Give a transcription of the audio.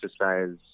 exercise